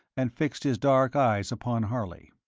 and fixed his dark eyes upon harley.